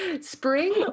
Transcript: Spring